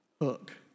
hook